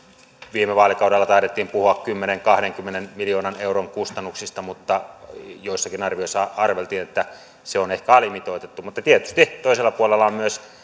viime vaalikaudella taidettiin puhua kymmenen viiva kahdenkymmenen miljoonan euron kustannuksista mutta joissakin arvioissa arveltiin että se on ehkä alimitoitettu mutta tietysti toisella puolella on myös